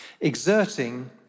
Exerting